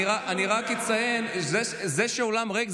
אני רק אציין: זה שהאולם ריק,